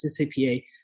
CCPA